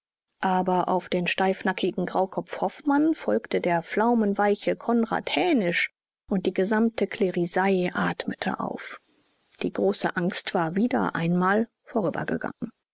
aber auf den steifnackigen graukopf hoffmann folgte der pflaumenweiche konrad hänisch und die gesamte klerisei atmete auf die große angst war wieder einmal vorübergegangen